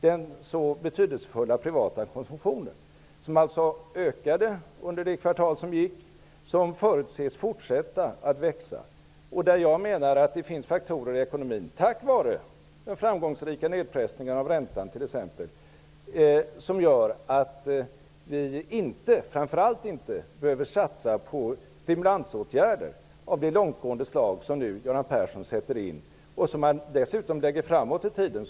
Den så betydelsefulla privata konsumtionen som ökade under det kvartal som gick förutses fortsätta att växa. Tack vare den framgångsrika nedpressningen av räntan finns det faktorer i ekonomin som gör att vi inte behöver satsa på framför allt stimulansåtgärder av det långtgående slag som Göran Persson vill sätta in och som han dessutom vill lägga framåt i tiden.